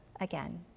again